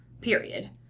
period